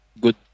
good